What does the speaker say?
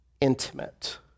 Intimate